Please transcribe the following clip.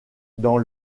dans